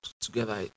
together